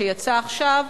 שיצא עכשיו,